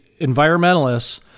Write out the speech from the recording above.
environmentalists